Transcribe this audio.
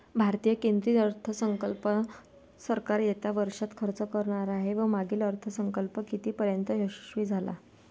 भारतात केंद्रीय अर्थसंकल्प सरकार येत्या वर्षात खर्च करणार आहे व मागील अर्थसंकल्प कितीपर्तयंत यशस्वी झाला